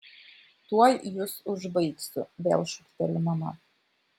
tuoj jus užbaigsiu vėl šūkteli mama